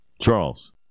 Charles